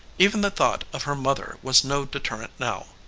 even the thought of her mother was no deterrent now.